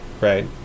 right